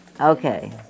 okay